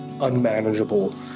unmanageable